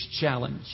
challenge